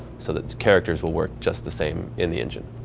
so that the characters will work just the same in the engine.